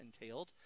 entailed